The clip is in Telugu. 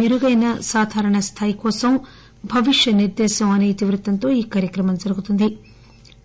మెరుగైన సాధారణ స్థాయి కోసం భవిష్య నిర్దేశం అసే ఇతివృత్తంతో ఈ కార్యక్రమం జరుగుతుంది